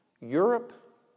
Europe